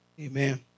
Amen